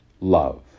love